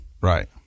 right